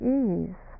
ease